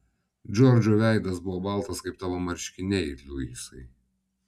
džordžo veidas buvo baltas kaip tavo marškiniai luisai